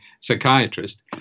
psychiatrist